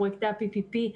פרויקטי ה-PPP,